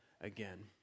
again